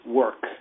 work